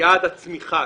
יעד הצמיחה,